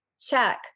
check